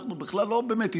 אנחנו בכלל לא באמת התכוונו,